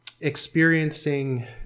experiencing